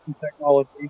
technology